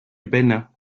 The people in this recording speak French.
bénin